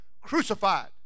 crucified